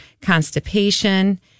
constipation